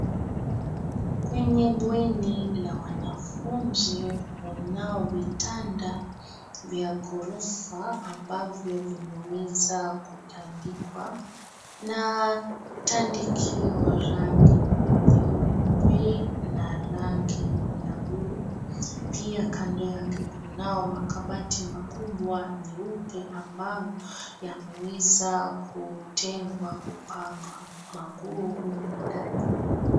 Kwenye bweni la wanafunzi kunao vitanda vya ghorofa ambavyo vimeweza kutandikwa na tandikio rangi nyeupe na rangi la buluu. Pia kando yake kunao makabati makubwa nyeupe ambayo yameweza kutengwa kupanga manguo humo ndani.